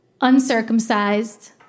Uncircumcised